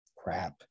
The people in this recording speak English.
Crap